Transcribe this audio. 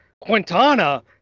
Quintana